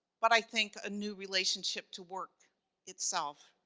but i think, a new relationship to work itself.